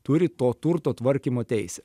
turi to turto tvarkymo teisę